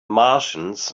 martians